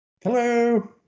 Hello